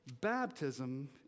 baptism